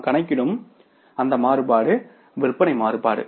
நாம் கணக்கிடும் அடுத்த மாறுபாடு விற்பனை மாறுபாடு